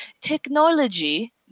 technology